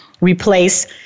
replace